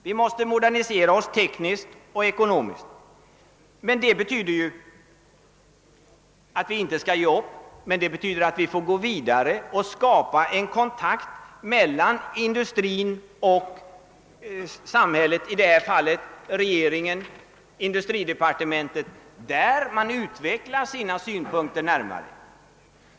Vi måste modernisera oss tekniskt och ekonomiskt. Men det betyder att vi inte skall ge upp; vi måste gå vidare och skapa kontakter mellan industrin och samhället — i detta fall regeringen, industridepartementet. Sedan kan man närmare utveckla sina synpunkter.